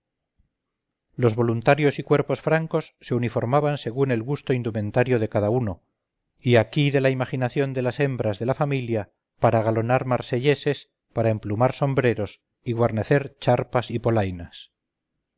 los voluntarios y cuerpos francos se uniformaban según el gusto indumentario de cada uno y aquí de la imaginación de las hembras de la familia para galonar marselleses para emplumar sombreros y guarnecer charpas y polainas